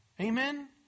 Amen